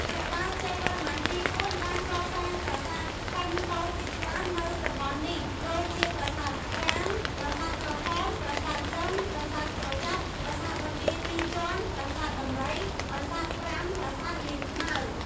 ព្រះបាទជ័យវរ្ម័នទី ៤ បានកសាងប្រាសាទធំតួចជាច្រើននៅ តំបន់នេះ ដូចជាប្រាសាទប្រាង្គ ប្រាសាទក្រហម ប្រាសាទលិង្គ ប្រាសាទក្រចាប់ ប្រាសាទបន្ទាយពីរជាន់ ប្រាសាទដំរី ប្រាសាទប្រាំ ប្រាសាទនាងខ្មៅ ។